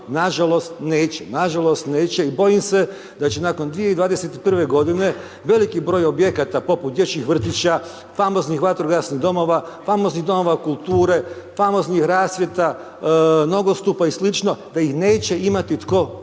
nažalost, neće, nažalost neće i bojim se da će nakon 2021.g. veliki broj objekata poput dječjih vrtića, famoznih vatrogasnih domova, famoznih domova kulture, famoznih rasvjeta, nogostupa i sl., da ih neće imati tko